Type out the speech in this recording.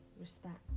respect